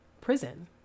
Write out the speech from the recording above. prison